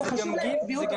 יש לך